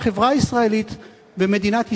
"החברה הישראלית במדינת ישראל".